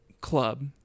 club